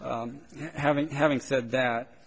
having having said that